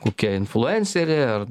kokia influencerė ar